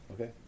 Okay